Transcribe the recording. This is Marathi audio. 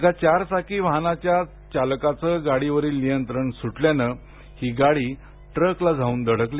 एका चार चाकी वाहनाच्या चालकाचे गाडीवरील नियंत्रण सुटल्याने हि गाडी ट्रकला जाऊन धडकली